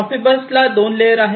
Profibus ला 2 layers आहेत